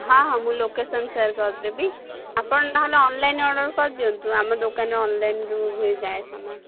ହଁ ହଁ ମୁଁ ଲୋକେସନ୍ ସେୟାର୍ କରଦେବି ଆପଣ ନହେଲେ ଅନ୍ଲାଇନ୍ ଅର୍ଡ଼ର୍ କରଦିଅନ୍ତୁ ଆମ ଦୋକାନରେ ଅନ୍ଲାଇନ୍ରୁ ବି ଯାଏ ସାମାନ